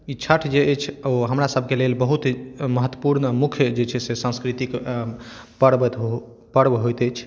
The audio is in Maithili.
ई छठ जे अछि ओ हमरा सभके लेल बहुत महत्वपूर्ण मुख्य जे छै से सांस्कृतिक पर्वत होत पर्व होइत अछि